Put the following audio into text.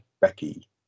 Becky